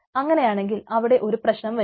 അങ്ങനെയാണെങ്കിൽ അവിടെ ഒരു പ്രശ്നം വരും